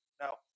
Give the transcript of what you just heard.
Now